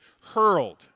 hurled